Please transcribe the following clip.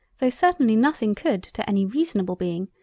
tho' certainly nothing could to any reasonable being,